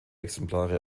exemplare